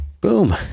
Boom